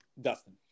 Dustin